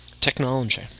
technology